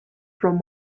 from